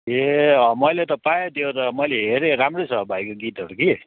ए अँ मैले पाएँ त्यो त मैले हेरेँ राम्रो छ भाइको गीतहरू कि